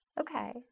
Okay